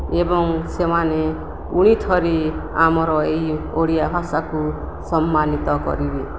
ଏବଂ ସେମାନେ ପୁଣିଥରେ ଆମର ଏଇ ଓଡ଼ିଆ ଭାଷାକୁ ସମ୍ମାନିତ କରିବେ